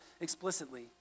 explicitly